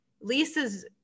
Lisa's